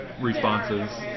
responses